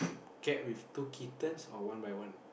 cat with two kittens or one by one